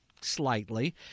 slightly